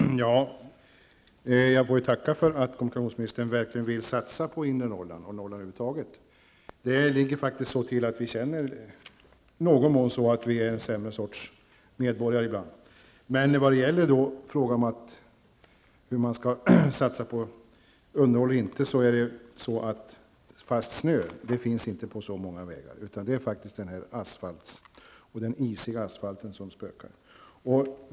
Fru talman! Jag får tacka för att kommunikationsministern verkligen vill satsa på inre Norrland och på Norrland över huvud taget. Vi känner ibland faktiskt att vi i någon mån är en sämre sorts medborgare. När det gäller frågan om man skall satsa på underhåll eller inte vill jag säga att fast snö inte finns på så många vägar, utan att det är den isiga asfalten som det gäller.